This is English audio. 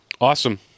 Awesome